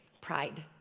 pride